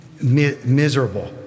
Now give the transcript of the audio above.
miserable